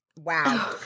wow